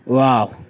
wow